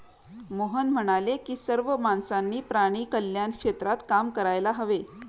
मोहन म्हणाले की सर्व माणसांनी प्राणी कल्याण क्षेत्रात काम करायला हवे